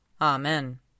Amen